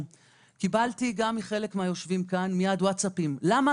קבלתי גם מחלק מהיושבים כאן ווטסאפים למה